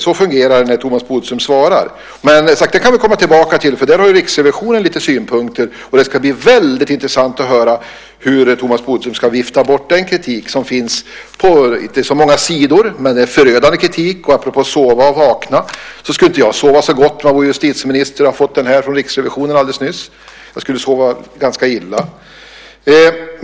Så fungerar det när Thomas Bodström svarar. Men det kan vi komma tillbaka till. Där har Riksrevisionen lite synpunkter. Det ska bli väldigt intressant att se hur Thomas Bodström ska vifta bort den kritik som finns. Det är inte så många sidor, men det är förödande kritik. Apropå sova och vakna skulle jag inte sova så gott om jag vore justitieminister och hade fått den här rapporten från Riksrevisionen alldeles nyss. Jag skulle sova ganska illa.